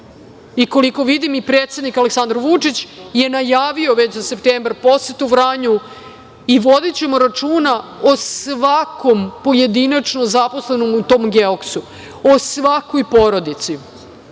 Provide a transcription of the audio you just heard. Koliko vidim, i predsednik Aleksandar Vučić je najavio već za septembar posetu Vranju i vodićemo računa o svakom pojedinačno zaposlenom u tom „Geoksu“, o svakoj porodici,